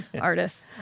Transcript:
artists